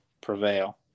prevail